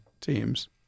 teams